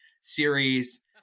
series